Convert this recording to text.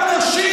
גם נשים,